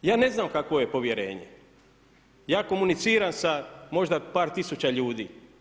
Ja ne znam kakvo je povjerenje, ja komuniciram sa možda par tisuća ljudi.